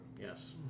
Yes